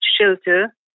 shelter